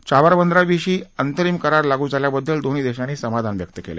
चाबार बंदराविषयी अंतरिम करार लागू झाल्याबद्दल दोन्ही देशांनी समाधान व्यक्त केलं